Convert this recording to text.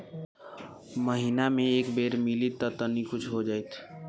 महीना मे एक बेर मिलीत त तनि कुछ हो जाइत